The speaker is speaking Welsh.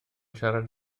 siarad